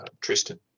Tristan